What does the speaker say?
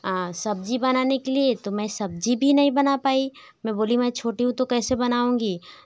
सब्ज़ी बनाने के लिए तो मैं सब्ज़ी भी नहीं बना पाई मैं बोली मैं छोटी हूँ तो कैसे बनाऊँगी